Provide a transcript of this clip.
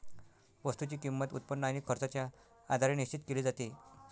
वस्तूची किंमत, उत्पन्न आणि खर्चाच्या आधारे निश्चित केली जाते